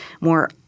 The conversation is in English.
more